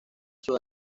sus